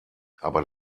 aber